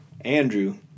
Andrew